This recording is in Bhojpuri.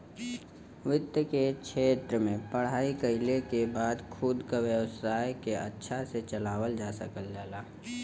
वित्त के क्षेत्र में पढ़ाई कइले के बाद खुद क व्यवसाय के अच्छा से चलावल जा सकल जाला